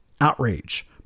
outrage